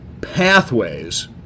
pathways